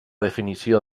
definició